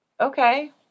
Okay